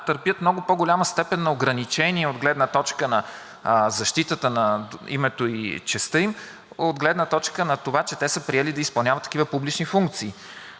търпят много по-голяма степен на ограничения от гледна точка защита на името и честта им, от гледна точка на това, че те са приели да изпълняват такива публични функции.